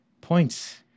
points